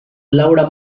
laura